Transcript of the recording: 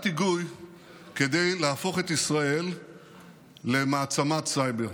היגוי כדי להפוך את ישראל למעצמת סייבר,